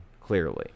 clearly